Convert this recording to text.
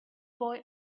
boy